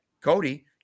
Cody